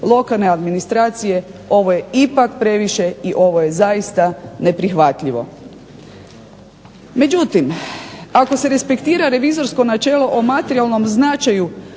lokalne administracije, ovo je ipak previše i zaista neprihvatljivo. Međutim, ako se respektira revizorsko načelo o materijalnom značaju